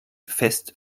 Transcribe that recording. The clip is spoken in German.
fest